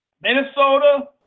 Minnesota